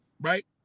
right